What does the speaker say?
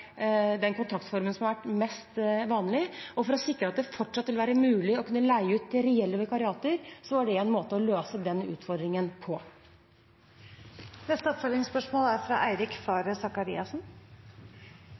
den kontraktsformen som har vært mest vanlig, og for å sikre at det fortsatt vil være mulig å kunne leie ut reelle vikariater, var det en mulighet til å løse den utfordringen på. Eirik Faret Sakariassen – til oppfølgingsspørsmål.